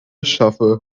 schaffe